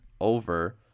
over